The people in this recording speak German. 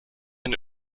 den